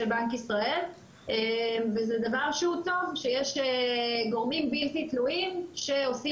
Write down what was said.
בנק ישראל וזה דבר טוב שיש גורמים בלתי תלויים שעושים